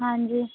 ਹਾਂਜੀ